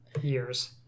years